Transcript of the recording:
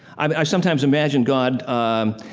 i sometimes imagine god, um